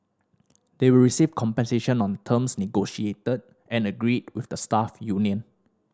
they will receive compensation on terms negotiated and agreed with the staff union